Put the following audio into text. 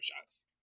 Shots